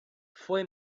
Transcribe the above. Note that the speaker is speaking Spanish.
fue